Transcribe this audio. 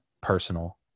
personal